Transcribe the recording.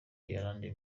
yolanda